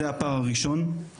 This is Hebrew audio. זה הפער הראשון.